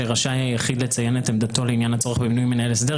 שרשאי היחיד לציין את עמדתו לעניין הצורך במינוי מנהל הסדר,